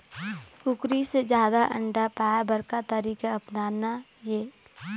कुकरी से जादा अंडा पाय बर का तरीका अपनाना ये?